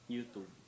YouTube